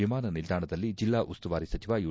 ವಿಮಾನ ನಿಲ್ದಾಣದಲ್ಲಿ ಜಿಲ್ಲಾಉಸ್ತುವಾರಿ ಸಚಿವ ಯು